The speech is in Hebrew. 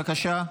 בבקשה.